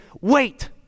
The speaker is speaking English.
wait